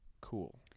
cool